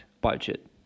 budget